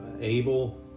able